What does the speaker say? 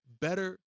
better